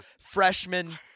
freshman